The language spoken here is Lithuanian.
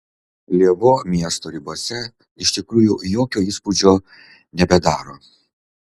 lėvuo miesto ribose iš tikrųjų jokio įspūdžio nebedaro